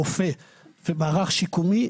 רופא ומערך שיקומי,